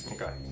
Okay